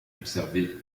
observée